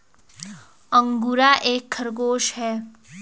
angora एक खरगोश है